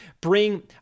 bring